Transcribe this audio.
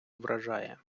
вражає